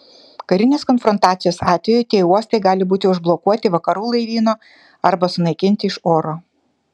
karinės konfrontacijos atveju tie uostai gali būti užblokuoti vakarų laivyno arba sunaikinti iš oro